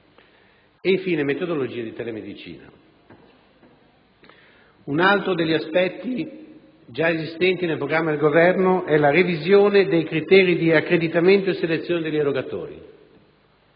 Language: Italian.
e infine metodologie di telemedicina. Un altro degli aspetti già esistenti nel programma di Governo è la revisione dei criteri di accreditamento e selezione degli erogatori.